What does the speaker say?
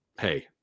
Hey